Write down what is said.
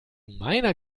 meiner